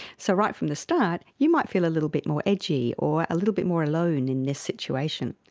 so right from the start you might feel a little bit more edgy or a little bit more alone in this situation,